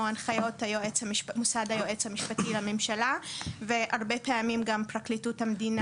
הנחיות מוסד היועץ המשפטי לממשלה והרבה פעמים גם פרקליטות המדינה.